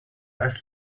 als